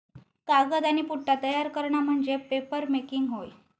कागद आणि पुठ्ठा तयार करणा म्हणजे पेपरमेकिंग होय